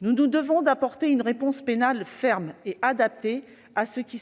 Nous nous devons d'apporter une réponse pénale ferme et adaptée à ce qui